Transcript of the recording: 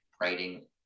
writing